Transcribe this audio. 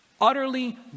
Utterly